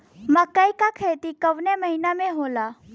मकई क खेती कवने महीना में होला?